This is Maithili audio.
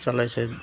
चलै छै